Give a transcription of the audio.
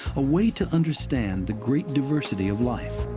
a way to understand the great diversity of life.